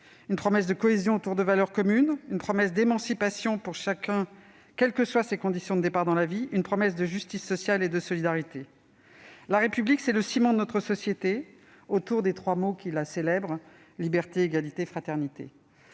Une promesse de cohésion autour de valeurs communes. Une promesse d'émancipation pour chacun, indépendamment des conditions de départ dans la vie. Une promesse de justice sociale et de solidarité. La République, c'est le ciment de notre société, autour des trois mots qui la célèbrent : liberté, égalité, fraternité.